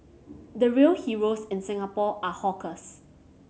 the real heroes in Singapore are hawkers